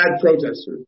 protesters